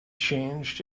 changed